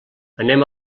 anem